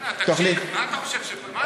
בוא'נה, תקשיב, מה אתה חושב, מה